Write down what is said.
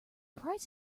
price